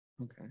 okay